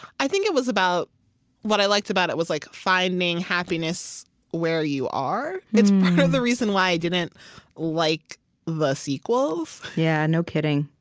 i think it was about what i liked about it was like finding happiness where you are. it's part of the reason why i didn't like the sequels yeah, no kidding,